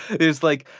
it's like,